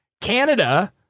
Canada